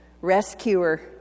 rescuer